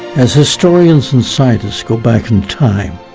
as historians and scientists go back in time,